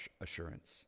assurance